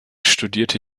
studierte